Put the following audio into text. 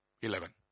Eleven